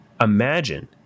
imagine